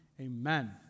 Amen